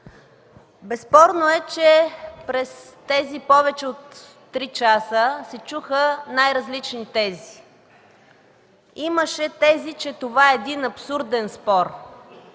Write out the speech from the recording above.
Безспорно е, че през тези повече от три часа се чуха най-различни тези. Имаше тези, че това е един абсурден спор.